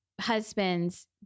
husband's